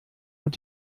und